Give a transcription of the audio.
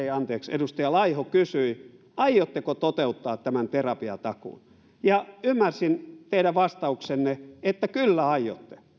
edustaja laiho kysyi aiotteko toteuttaa tämän terapiatakuun ja ymmärsin teidän vastauksenne niin että kyllä aiotte